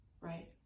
right